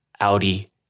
Audi